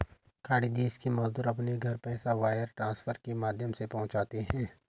खाड़ी देश के मजदूर अपने घर पैसा वायर ट्रांसफर के माध्यम से पहुंचाते है